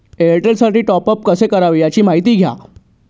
एअरटेलसाठी टॉपअप कसे करावे? याची माहिती द्या